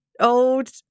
old